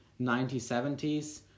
1970s